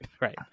right